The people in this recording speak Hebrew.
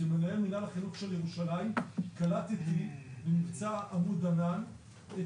כמנהל מינהל החינוך של ירושלים קלטתי במבצע צוק